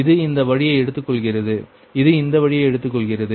இது இந்த வழியை எடுத்துக்கொள்கிறது இது இந்த வழியை எடுத்துக்கொள்கிறது